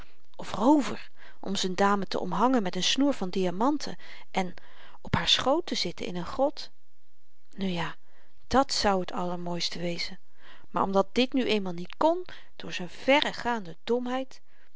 of roover om z'n dame te omhangen met n snoer van diamanten en op haar schoot te zitten in n grot nu ja dat zou t allermooist wezen maar omdat dit nu eenmaal niet kon door z'n verregaande